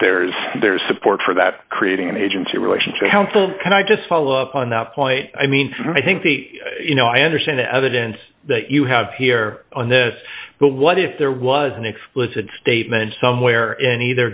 there is there is support for that creating an agency relationship counselor can i just follow up on that point i mean i think the you know i understand the evidence that you have here on this but what if there was an explicit statement somewhere in either